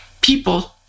People